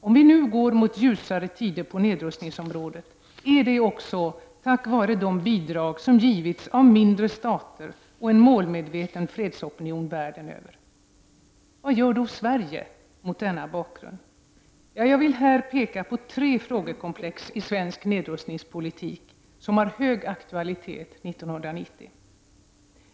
Om vi nu går mot ljusare tider på nedrustningsområdet är detta också tack vare de bidrag som givits av mindre stater och en målmedveten fredsopinion världen över. Vad gör då Sverige mot denna bakgrund? Jag vill här peka på tre frågekomplex i svensk nedrustningspolitik som har hög aktualitet 1990.